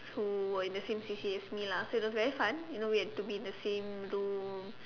who were in the C_C_A as me lah so it was very fun you know we had to be in the same room